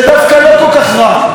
שהכול בסדר,